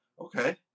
Okay